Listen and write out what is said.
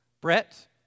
Brett